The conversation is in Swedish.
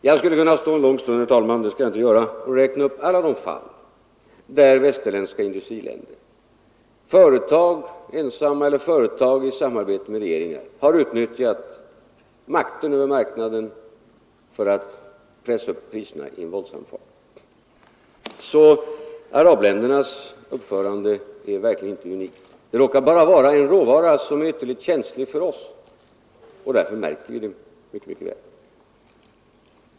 Jag skulle kunna stå en lång stund — med det skall jag inte göra, herr talman — och räkna upp alla de fall där företag i västerländska industriländer, ensamma eller i samarbete med regeringar, har utnyttjat makten över marknaden för att pressa upp priserna i en våldsam fart. Arabländernas uppförande är verkligen inte unikt. Det råkar bara gälla en råvara som är ytterligt känslig för oss, och därför märker vi det mycket mer.